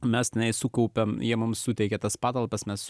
mes nei sukaupiame jie mums suteikia tas patalpas mes